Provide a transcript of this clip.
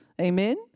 Amen